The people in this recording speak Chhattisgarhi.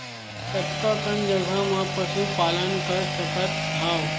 कतका कन जगह म पशु पालन कर सकत हव?